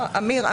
עמיר,